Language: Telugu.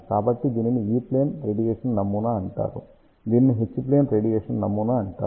కాబట్టి దీనిని E ప్లేన్ రేడియేషన్ నమూనా అంటారు దీనిని H ప్లేన్ రేడియేషన్ నమూనా అంటారు